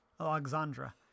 Alexandra